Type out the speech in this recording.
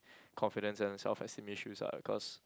confidence and self esteem issues ah because